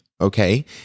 Okay